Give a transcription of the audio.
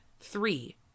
three